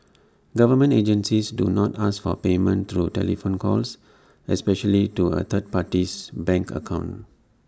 government agencies do not ask for payment through telephone calls especially to A third party's bank account